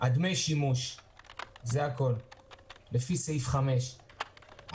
דמי שימוש לפי סעיף 5(א).